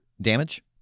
damage